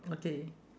okay